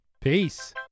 Peace